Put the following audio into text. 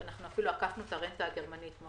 אנחנו אפילו עקפנו את הרנטה הגרמנית.